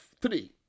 three